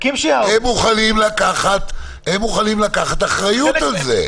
כשאנחנו רואים שהתחלואה ממוקדת בשכונות מסוימות,